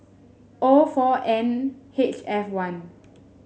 O four N H F one